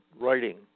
writing